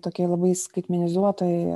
tokioj labai skaikmenizuotoj